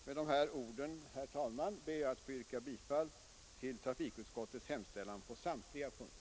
Med dessa ord ber jag att få yrka bifall till trafikutskottets hemställan på samtliga punkter.